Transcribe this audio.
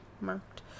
marked